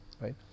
right